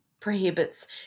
prohibits